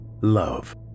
love